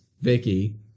vicky